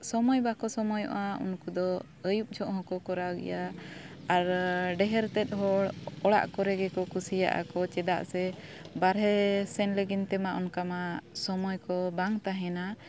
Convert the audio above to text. ᱥᱳᱢᱳᱭ ᱵᱟᱠᱚ ᱥᱚᱢᱚᱭᱚᱜᱼᱟ ᱩᱱᱠᱩ ᱫᱚ ᱟᱹᱭᱩᱵ ᱡᱚᱠᱷᱮᱡ ᱦᱚᱸᱠᱚ ᱠᱚᱨᱟᱣ ᱜᱮᱭᱟ ᱟᱨ ᱰᱷᱮᱨᱛᱮᱫ ᱦᱚᱲ ᱚᱲᱟᱜ ᱠᱚᱨᱮ ᱜᱮᱠᱚ ᱠᱩᱥᱤᱭᱟᱜᱼᱟᱠᱚ ᱪᱮᱫᱟᱜ ᱥᱮ ᱵᱟᱨᱦᱮ ᱥᱮᱱ ᱞᱟᱹᱜᱤᱫ ᱛᱮᱢᱟ ᱚᱱᱠᱟᱢᱟ ᱥᱳᱢᱚᱭ ᱠᱚ ᱵᱟᱝ ᱛᱟᱦᱮᱱᱟ